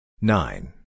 nine